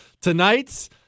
Tonight's